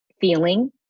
feeling